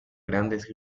grandes